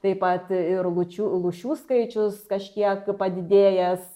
taip pat ir lūčių lūšių skaičius kažkiek tai padidėjęs